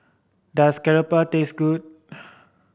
does keropok taste good